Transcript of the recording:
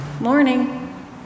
morning